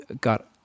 got